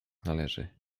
należy